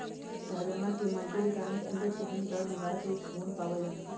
सहजनवा में multivitamins antioxidant और दर्द निवारक गुण पावल जाहई